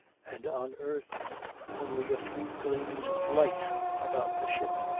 and on earth only a few gleams of light about the ship.